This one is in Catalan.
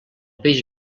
peix